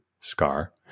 Scar